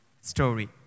story